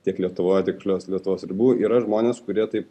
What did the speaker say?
tiek lietuvoj tiek už lietuvos ribų yra žmonės kurie taip